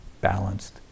balanced